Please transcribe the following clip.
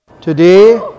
today